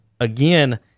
again